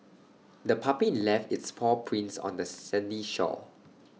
the puppy left its paw prints on the sandy shore